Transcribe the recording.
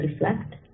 reflect